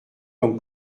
comme